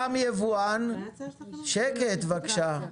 גם יבואן - שקט, בבקשה.